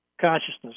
consciousness